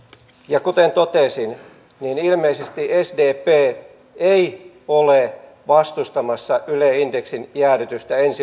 ja kuten totesin niin ilmeisesti sdp ei ole vastustamassa yle indeksin jäädytystä ensi vuodelle